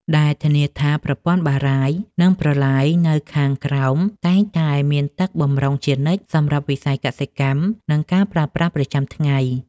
ដែលធានាថាប្រព័ន្ធបារាយណ៍ និងប្រឡាយនៅខាងក្រោមតែងតែមានទឹកបម្រុងជានិច្ចសម្រាប់វិស័យកសិកម្ម និងការប្រើប្រាស់ប្រចាំថ្ងៃ។